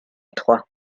trois